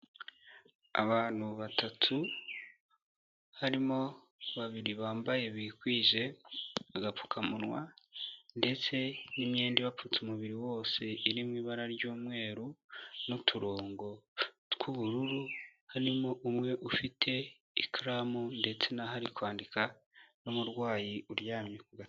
Abantu batatu harimo babiri bambaye bikwije agapfukamunwa ndetse n'imyenda ibapfutse umubiri wose irimo ibara ry'umweru n'uturongo tw'ubururu, harimo umwe ufite ikaramu ndetse n'aho ari kwandika n'umurwayi uryamye ku ga.